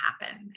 happen